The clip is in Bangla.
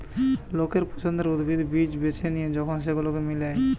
লোকের পছন্দের উদ্ভিদ, বীজ বেছে লিয়ে যখন সেগুলোকে মিলায়